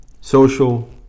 social